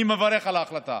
אני מברך על ההחלטה.